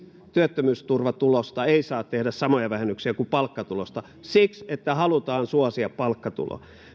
työttömyysturvatulosta ei saa tehdä samoja vähennyksiä kuin palkkatulosta siksi että halutaan suosia palkkatuloa